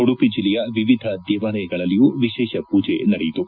ಉಡುಪಿ ಜಿಲ್ಲೆಯ ವಿವಿಧ ದೇವಾಲಯಗಳಲ್ಲಿಯೂ ವಿಶೇಷ ಪೂಜೆ ನಡೆಯಿತು